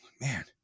Man